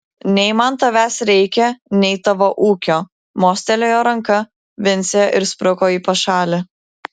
nei man tavęs reikia nei tavo ūkio mostelėjo ranka vincė ir spruko į pašalį